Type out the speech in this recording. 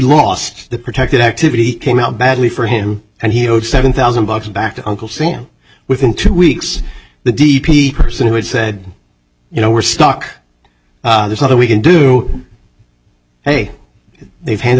lost the protected activity came out badly for him and he owed seven thousand bucks back to uncle sam within two weeks the d p p person who had said you know we're stuck there's nothing we can do hey they've handed